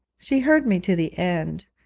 she heard me to the end,